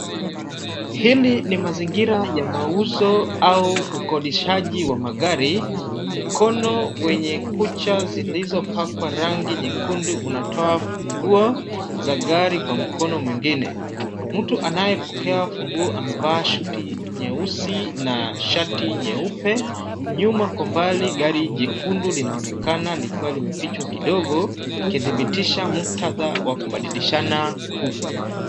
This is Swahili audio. Hili ni mazingira ya mauzo, au ukodishaji wa magari. Mkono wenye kucha zilizopakwa rangi nyekundu unatoa funguo, za gari kwa mkono mwingine. Mtu anayepokea funguo amevaa suti nyeusi na shati nyeupe. Nyuma kwa umbali gari jekundu linaonekana likiwa limefichwa kidogo, ikithibitisha muktadha wa kubadilishana huku.